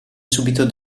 subito